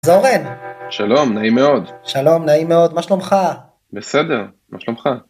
זהורן שלום נעים מאוד שלום נעים מאוד מה שלומך בסדר מה שלומך